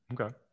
Okay